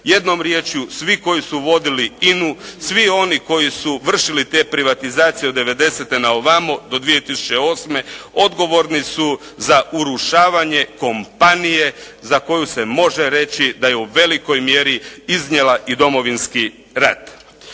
Jednom rječju, svi koji su vodili INA-u, svi oni koji su vršili te privatizacije od '90.-te na ovamo do 2008. odgovorni su za urušavanje kompanije za koju se može reći da je u velikoj mjeri iznijela i Domovinski rat.